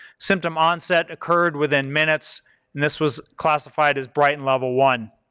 symptom onset occurred within minutes, and this was classified as britain level one.